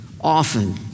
often